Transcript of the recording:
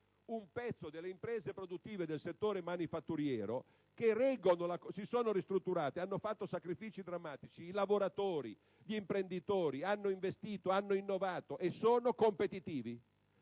comparto delle imprese produttive del settore manifatturiero che si sono ristrutturate e hanno fatto sacrifici drammatici. I lavoratori e gli imprenditori hanno investito ed innovato e sono diventati